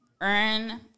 earn